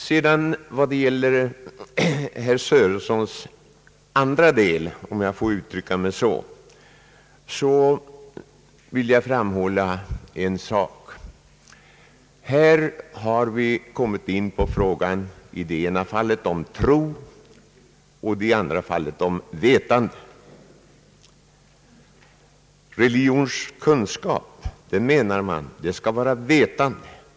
Beträffande andra delen av herr Sörensons anförande vill jag framhålla en sak. Vi har kommit in på frågan å ena sidan tro och å andra sidan vetande. Religionskunskap, anser man, skall vara vetande.